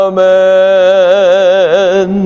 Amen